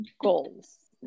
goals